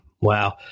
Wow